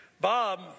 Bob